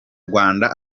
rwanda